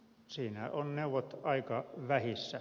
siinä on neuvot aika vähissä